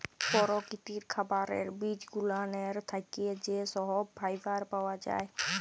পরকিতির খাবারের বিজগুলানের থ্যাকে যা সহব ফাইবার পাওয়া জায়